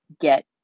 get